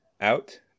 out